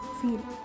feel